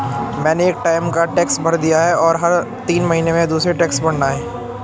मैंने एक टाइम का टैक्स भर दिया है, और हर तीन महीने में दूसरे टैक्स भरना है